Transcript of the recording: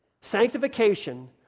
Sanctification